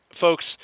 Folks